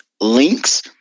links